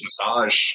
massage